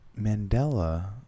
Mandela